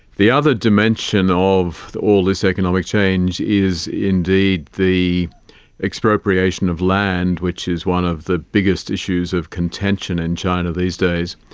the other dimension of all this economic change is indeed the expropriation of land which is one of the biggest issues of contention in china these days.